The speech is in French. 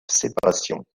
séparation